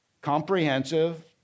comprehensive